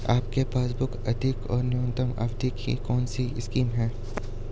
आपके पासबुक अधिक और न्यूनतम अवधि की कौनसी स्कीम है?